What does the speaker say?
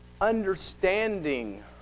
understanding